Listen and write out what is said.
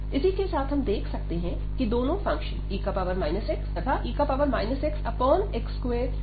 इसी के साथ हम देख सकते हैं कि दोनों फंक्शन e x तथा e xx2 डिक्रीजिंग हैं